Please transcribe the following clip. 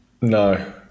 No